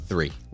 Three